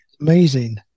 amazing